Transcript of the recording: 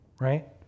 right